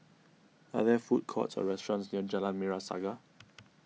are there food courts or restaurants near Jalan Merah Saga